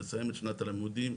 לסיים את שנת הלימודים,